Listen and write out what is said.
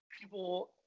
people